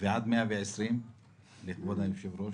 ועד 120 לכבוד היושב-ראש.